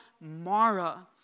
Mara